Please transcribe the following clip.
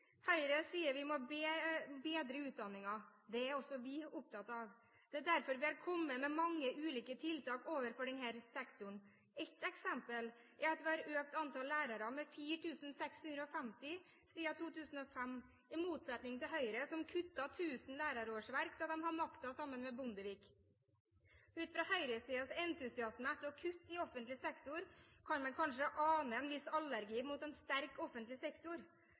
Høyre sier vi må bedre utdanningen. Det er også vi opptatt av. Det er derfor vi har kommet med mange ulike tiltak overfor denne sektoren. Ett eksempel er at vi har økt antall lærere med 4 650 siden 2005 – i motsetning til Høyre, som kuttet 1 000 lærerårsverk da de hadde makta sammen med Bondevik. Ut fra høyresidens entusiasme etter å kutte i offentlig sektor kan man kanskje ane en viss allergi mot en sterk offentlig sektor.